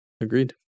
Agreed